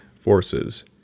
forces